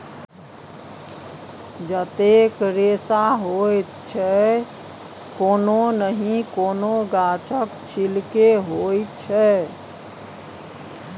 जतेक रेशा होइ छै कोनो नहि कोनो गाछक छिल्के होइ छै